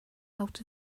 out